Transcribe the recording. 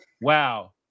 Wow